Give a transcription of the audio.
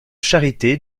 charité